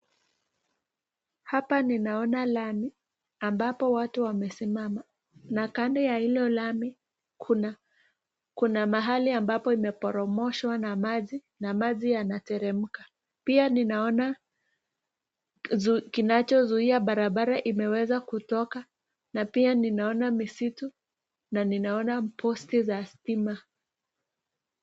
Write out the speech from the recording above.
Hapa ninaona lami ambapo watu wamesimama na kando ya ile lami kuna mahali ambapo imeporomoshwa na maji na maji yanateremka, pia ninaona kinacho zuia barabara kimeweza kutoka na pia ninaona misitu na ninaona posti za stima.